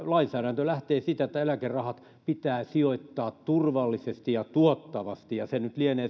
lainsäädäntö lähtee siitä että eläkerahat pitää sijoittaa turvallisesti ja tuottavasti ja se tuotto nyt lienee